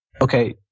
okay